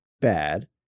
bad